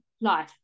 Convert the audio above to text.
life